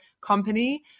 company